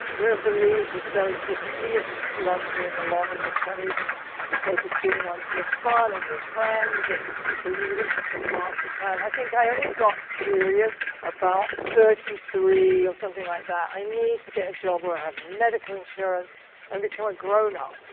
believe the serendipity of just blundering along in your twenty s and the focus being on your fun and your friends and that you wouldn't have some master plan. i think i only got serious about thirty three or something like that. i need to get a job where i have medical insurance and become a grown up.